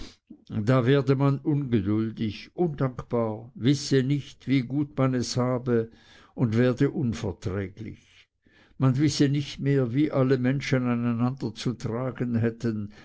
da werde man ungeduldig undankbar wisse nicht wie gut man es habe und werde unverträglich man wisse nicht mehr wie alle menschen an einander zu tragen hätten